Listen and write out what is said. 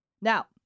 Now